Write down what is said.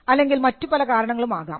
അല്ലെങ്കിൽ മറ്റു പല കാരണങ്ങളും ആകാം